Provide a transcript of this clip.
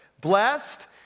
Blessed